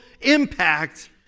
impact